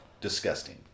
Disgusting